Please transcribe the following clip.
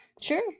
Sure